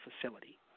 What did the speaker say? facility